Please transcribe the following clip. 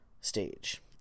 stage